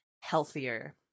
healthier